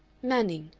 manning,